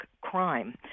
crime